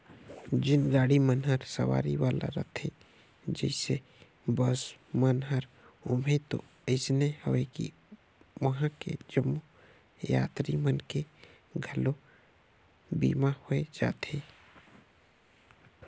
जेन गाड़ी मन हर सवारी वाला रथे जइसे बस मन हर ओम्हें तो अइसे अवे कि वंहा के जम्मो यातरी मन के घलो बीमा होय जाथे